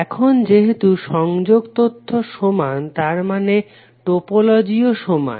এখন যেহেতু সংযোগ তথ্য সমান তার মানে টোপোলজি ও সমান